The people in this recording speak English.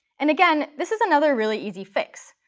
and again, this is another really easy fix.